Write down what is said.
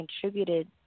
contributed